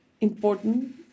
important